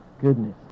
Goodness